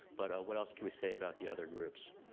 but what else can we say about the other groups.